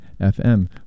FM